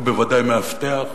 ובוודאי מאבטח.